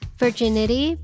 virginity